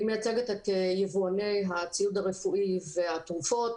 אני מייצגת את יבואני הציוד הרפואי והתרופות